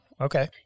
Okay